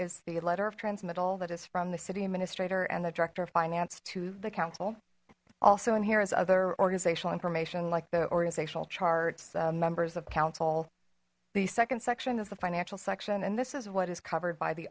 is the letter of transmittal that is from the city administrator and the director of finance to the council also in here is other organizational information like the organizational charts members of council the second section is the financial section and this is what is covered by the